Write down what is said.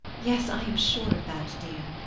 yes! i am sure of that, dear!